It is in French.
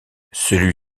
celui